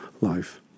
life